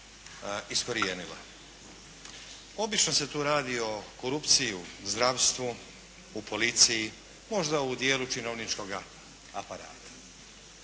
iskorijenila. Obično se tu radi o korupciji u zdravstvu, u policiji, možda u dijelu činovničkoga aparata.